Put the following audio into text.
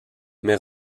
mais